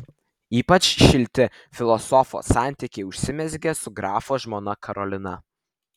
ypač šilti filosofo santykiai užsimezgė su grafo žmona karolina